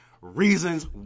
reasons